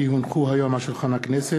כי הונחו היום על שולחן הכנסת,